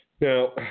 Now